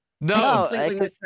No